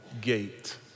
Gate